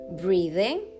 breathing